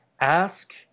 ask